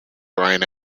bryan